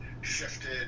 shifted